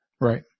Right